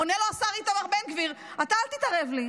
עונה לו השר איתמר בן גביר: אתה, אל תתערב לי.